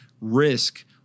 risk